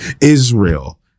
Israel